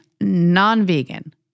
non-vegan